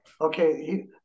Okay